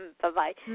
Bye-bye